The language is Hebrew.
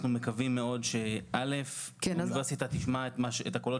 אנחנו מקווים מאוד שהאוניברסיטה תשמע את הקולות